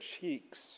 cheeks